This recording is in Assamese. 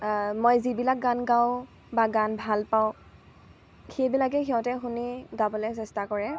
মই যিবিলাক গান গাওঁ বা গান ভাল পাওঁ সেইবিলাকেই সিহঁতে শুনি গাবলে চেষ্টা কৰে